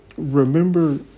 Remember